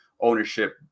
ownership